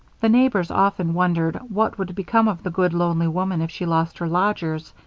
the neighbors often wondered what would become of the good, lonely woman if she lost her lodgers,